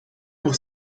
pour